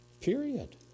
Period